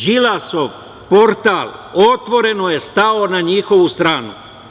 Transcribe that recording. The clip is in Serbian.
Đilasov portal otvoreno je stao na njihovu stranu.